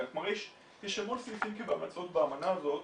יש המון סעיפים בהמלצות באמנה הזאת